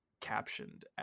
captioned